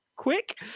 Quick